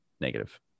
negative